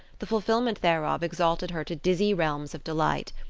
the fulfillment thereof exalted her to dizzy realms of delight.